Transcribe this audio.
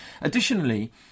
Additionally